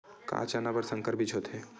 का चना बर संकर बीज होथे?